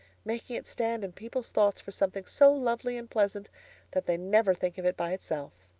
making it stand in people's thoughts for something so lovely and pleasant that they never think of it by itself.